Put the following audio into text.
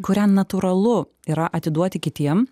kurią natūralu yra atiduoti kitiem